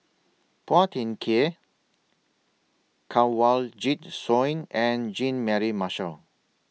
Phua Thin Kiay Kanwaljit Soin and Jean Mary Marshall